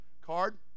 card